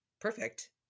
perfect